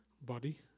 body